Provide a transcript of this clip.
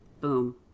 boom